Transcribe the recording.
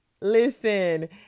listen